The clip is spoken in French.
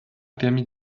permis